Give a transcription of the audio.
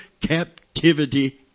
captivity